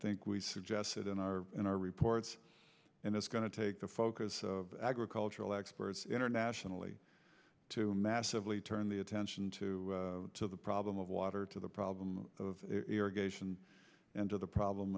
think we've suggested in our in our reports and it's going to take the focus of agricultural experts internationally to massively turn the attention to the problem of water to the problem of irrigation and to the problem